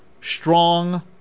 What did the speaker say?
strong